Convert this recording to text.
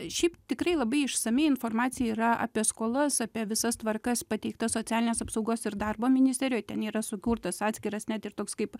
šiaip tikrai labai išsami informacija yra apie skolas apie visas tvarkas pateikta socialinės apsaugos ir darbo ministerijoj ten yra sukurtas atskiras net ir toks kaip